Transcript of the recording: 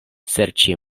serĉi